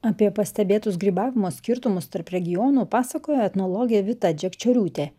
apie pastebėtus grybavimo skirtumus tarp regionų pasakoja etnologė vita džekčioriūtė